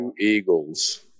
Eagles